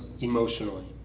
emotionally